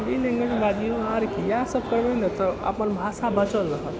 मैथिली लैँग्वेजमे बाजिऔ आओर कि इएहसब करबै ने तऽ अपन भाषा बचल रहत